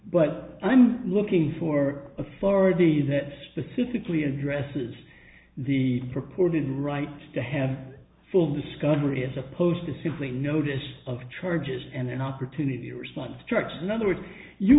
but i'm looking for authority that specifically addresses the purported right to have full discovery as opposed to simply notice of charges and an opportunity to respond to trucks in other words you